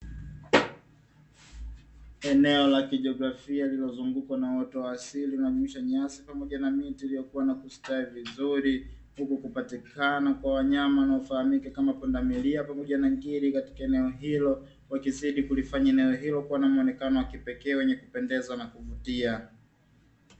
Eneo la kijiografia linalozungukwa na watu wa asili unajumisha nyasi pamoja na miti iliyokuwa na kustawi vizuri, huku kupatikana kwa wanyama na ufahamike kama kwenda milia pamoja na ngiri katika eneo hilo wakizidi kulifanya eneo hilo kuwa na muonekano wa kipekee wenye kupendeza na kuvutia.